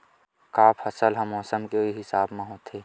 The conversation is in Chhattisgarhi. का फसल ह मौसम के हिसाब म होथे?